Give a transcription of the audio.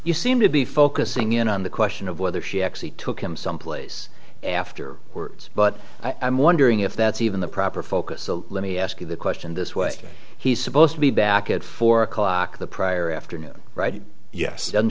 you seem to be focusing in on the question of whether she actually took him someplace after words but i'm wondering if that's even the proper focus let me ask the question this way he's supposed to be back at four o'clock the prior afternoon right yes